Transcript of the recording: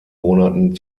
monaten